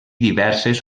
diverses